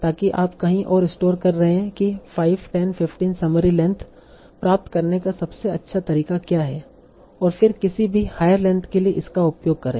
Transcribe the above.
ताकि आप कहीं और स्टोर कर रहे हैं कि 5 10 15 समरी लेंथ प्राप्त करने का सबसे अच्छा तरीका क्या है और फिर किसी भी हायर लेंथ के लिए इसका उपयोग करें